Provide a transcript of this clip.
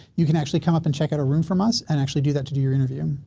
you can actually come up and check out a room from us and actually do that to do your interview.